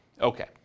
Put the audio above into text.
Okay